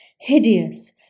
hideous